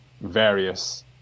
various